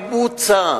והצו יבוצע.